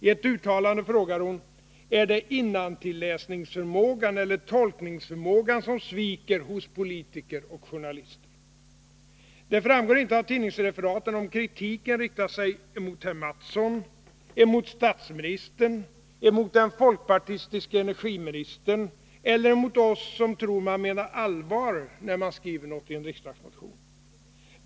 I ett uttalande frågar hon: ”Är det innantilläsningsförmågan eller tolkningsförmågan som sviktar hos politiker och journalister?” Nr 71 Det framgår inte av tidningsreferaten om kritiken riktar sig emot herr Onsdagen den Mattsson, emot statsministern, emot den folkpartistiske energiministern 3 februari 1982 eller emot oss som tror att man menar allvar, när man skriver något i en —— riksdagsmotion.